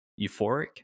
euphoric